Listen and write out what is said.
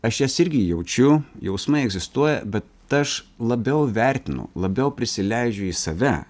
aš jas irgi jaučiu jausmai egzistuoja bet aš labiau vertinu labiau prisileidžiu į save